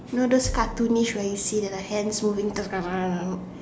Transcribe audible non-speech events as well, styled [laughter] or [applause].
know those cartoonish where you see the hands moving [noise]